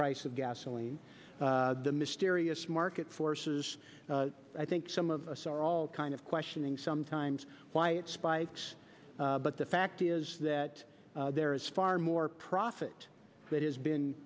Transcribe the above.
price of gasoline the mysterious market forces i think some of us are all kind of questioning sometimes why it spikes but the fact is that there is far more profit that has been